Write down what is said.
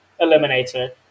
eliminator